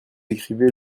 écrivez